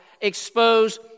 expose